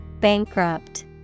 Bankrupt